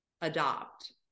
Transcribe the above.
adopt